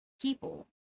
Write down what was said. people